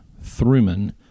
Thurman